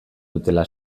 dutela